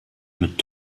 mit